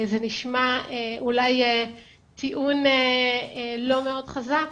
זה נשמע אולי טיעון לא מאוד חזק.